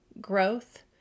growth